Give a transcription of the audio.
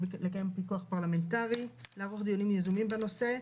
לקיים פיקוח פרלמנטרי, לערוך דיונים יזומים בנושא.